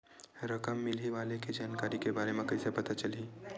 रकम मिलही वाले के जानकारी के बारे मा कइसे पता चलही?